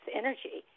energy